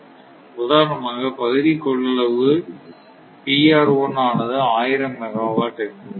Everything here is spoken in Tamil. உதாரணமாக பகுதி கொள்ளளவு ஆனது 1000 மெகாவாட் என்போம்